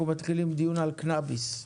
הישיבה ננעלה בשעה